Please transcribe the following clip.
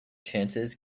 chances